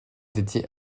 dédié